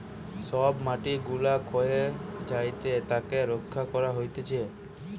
সব মাটি গুলা ক্ষয়ে যায়েটে তাকে রক্ষা করা হতিছে